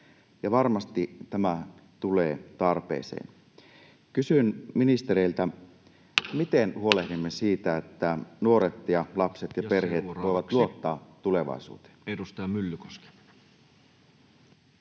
varmasti tämä tulee tarpeeseen. Kysyn ministereiltä: miten huolehdimme siitä, että nuoret ja lapset ja perheet voivat luottaa tulevaisuuteen?